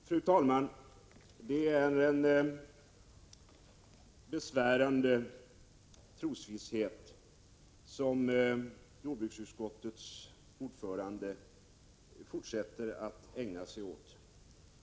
Fru talman! Det är en besvärande trosvisshet som jordbruksutskottets ordförande fortsätter att visa.